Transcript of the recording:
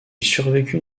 survécut